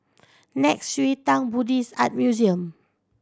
Nei Xue Tang Buddhist Art Museum